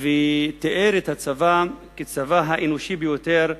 ותיאר את הצבא כצבא האנושי ביותר בעולם.